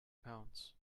pounds